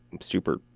super